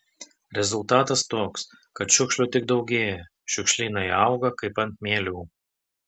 rezultatas toks kad šiukšlių tik daugėja šiukšlynai auga kaip ant mielių